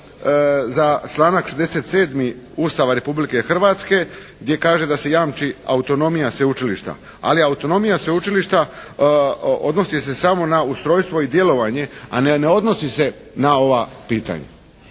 za članak 67. Ustava Republike Hrvatske gdje kaže da se jamči autonomija sveučilišta. Ali autonomija sveučilišta odnosi se samo na ustrojstvo i djelovanje, a ne odnosi se na ova pitanja.